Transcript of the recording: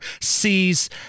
sees